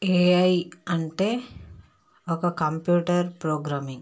AI అంటే ఒక computer programming